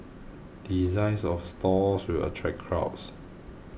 designs of stores will attract crowds